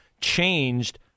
changed